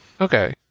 okay